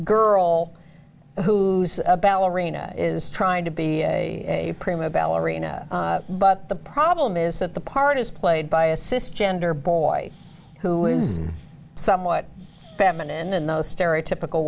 girl who's a ballerina is trying to be a prima ballerina but the problem is that the part is played by a system and her boy who is somewhat feminine in those stereotypical